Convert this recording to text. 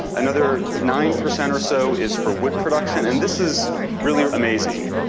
another nine percent or so is for wood production. and this is really amazing,